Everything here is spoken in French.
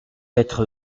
être